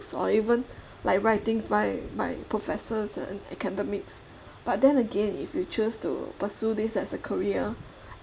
or even like writings by by professors and academics but then again if you choose to pursue this as a career